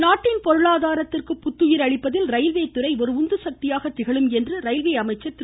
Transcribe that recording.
பியூஷ்கோயல் நாட்டின் பொருளாதாரத்திற்கு புத்துயிர் அளிப்பதில் ரயில்வேத்துறை ஒரு உந்துசக்தியாக திகழும் என்று ரயில்வே அமைச்சர் திரு